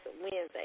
Wednesday